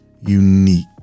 unique